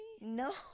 No